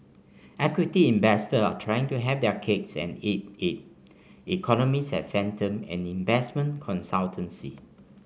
equity investors are trying to have their cakes and eat it economists at Fathom an investment consultancy